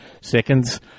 seconds